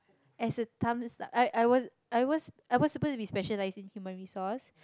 as a I I was I was I was supposed to be specialized in human resource